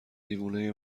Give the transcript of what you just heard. دیوونه